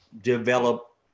develop